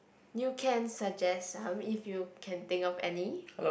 you can suggest ah w~ if you can think of any